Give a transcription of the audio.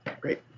Great